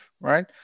right